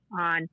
on